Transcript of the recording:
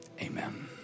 Amen